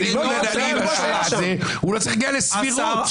הוא לא צריך להגיע לסבירות.